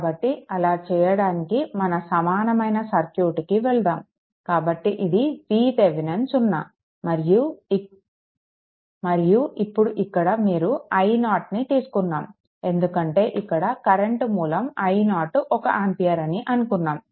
కాబట్టి అలా చేయడానికి మన సమానమైన సర్క్యూట్కు వెళ్దాం కాబట్టి ఇది VThevenin 0 మరియు ఇప్పుడు ఇక్కడ మీరు i0 ను తీసుకున్నాము ఎందుకంటే ఇక్కడ కరెంట్ మూలం i0 1 ఆంపియర్ అని అనుకున్నాము